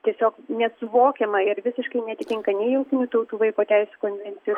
tiesiog nesuvokiama ir visiškai neatitinka nei jungtinių tautų vaiko teisių konvencijos